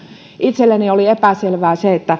itselleni oli epäselvää se